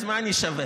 אז מה אני שווה?